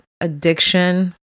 addiction